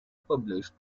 published